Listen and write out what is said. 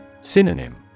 Synonym